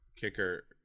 kicker